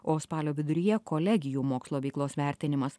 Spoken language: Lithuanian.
o spalio viduryje kolegijų mokslo veiklos vertinimas